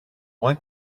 one